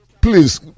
Please